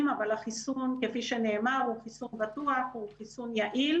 לגבי חיסוני שפעת עיריית ירושלים